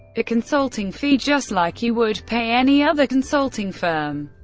a consulting fee, just like you would pay any other consulting firm.